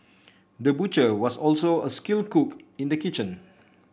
the butcher was also a skilled cook in the kitchen